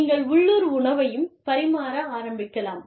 நீங்கள் உள்ளூர் உணவையும் பரிமாற ஆரம்பிக்கலாம்